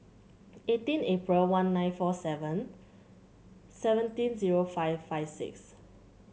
eighteen April one nine four seven seventeen zero five five six